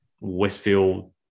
Westfield